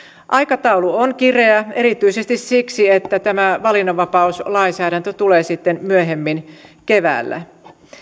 aikataulu on kireä erityisesti siksi että tämä valinnanvapauslainsäädäntö tulee sitten myöhemmin keväällä